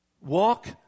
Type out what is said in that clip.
Walk